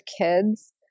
kids